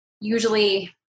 usually